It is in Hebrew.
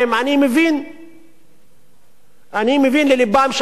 אני מבין ללבם של האנשים שסובלים מבעיות אלו או אחרות,